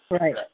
Right